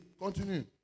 Continue